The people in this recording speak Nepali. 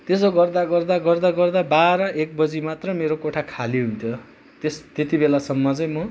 त्यसो गर्दा गर्दा गर्दा गर्दा बाह्र एक बजी मात्र मेरो कोठा खाली हुन्थ्यो त्यस त्यतिबेलासम्म चाहिँ म